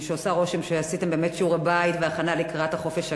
עושה רושם שעשיתם שיעורי-בית והכנה לקראת החופש הגדול.